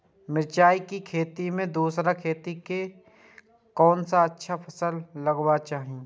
मिरचाई के खेती मे दोसर खेती करे क लेल कोन अच्छा फसल लगवाक चाहिँ?